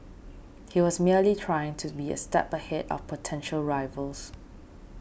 he was merely trying to be a step ahead of potential rivals